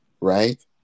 right